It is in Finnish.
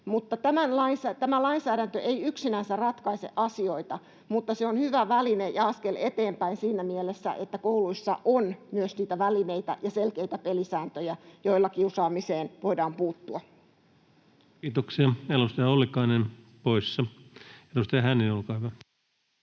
Tämä lainsäädäntö ei yksinänsä ratkaise asioita, mutta se on hyvä väline ja askel eteenpäin siinä mielessä, että kouluissa on myös niitä välineitä ja selkeitä pelisääntöjä, joilla kiusaamiseen voidaan puuttua. Kiitoksia. — Edustaja Ollikainen poissa. — Edustaja Hänninen, olkaa hyvä.